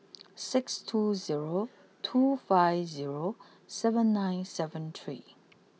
six two zero two five zero seven nine seven three